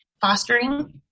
fostering